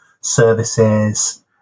services